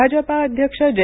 भाजपा अध्यक्ष जे